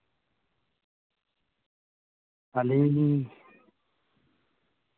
ᱟᱹᱞᱤᱧ ᱞᱤᱧ